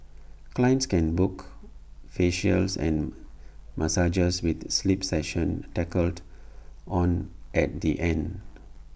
clients can book facials and massages with sleep sessions tacked on at the end